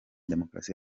demokarasi